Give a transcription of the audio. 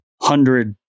hundred